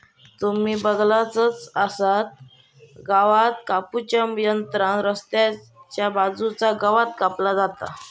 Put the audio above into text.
तुम्ही बगलासच आसतलास गवात कापू च्या यंत्रान रस्त्याच्या बाजूचा गवात कापला जाता